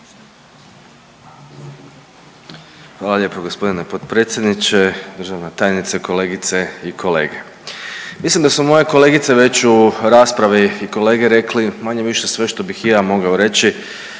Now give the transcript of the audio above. Hvala lijepo gospodine potpredsjedniče, državna tajnice, kolegice i kolege. Mislim da su moje kolegice već u raspravi i kolege rekli manje-više sve što bih i ja mogao reći,